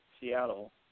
Seattle